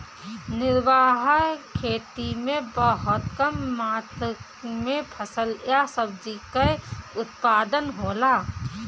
निर्वाह खेती में बहुत कम मात्र में फसल या सब्जी कअ उत्पादन होला